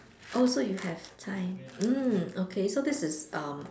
oh so you have time mm okay so this is um